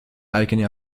eigene